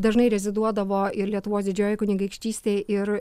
dažnai reziduodavo ir lietuvos didžiojoj kunigaikštystėj ir